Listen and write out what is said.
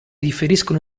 differiscono